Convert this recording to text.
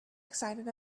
excited